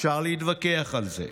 אפשר להתווכח על זה,